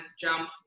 jump